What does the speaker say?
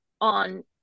on